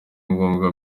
ngombwa